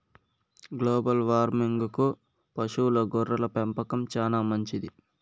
global వార్మింగ్కు పశువుల గొర్రెల పెంపకం చానా మంచిది